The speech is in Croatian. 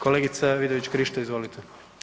Kolegica Vidović Krišto izvolite.